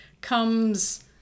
Comes